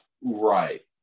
Right